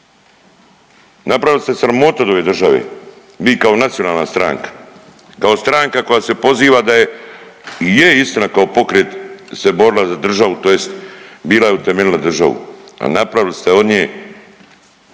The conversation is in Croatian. Napravili ste sramotu od ove države vi kao nacionalna stranka, kao stranka koja se poziva da je i je istina kao pokret se borila za državu tj. bila je utemeljila državu, a napravili ste od nje.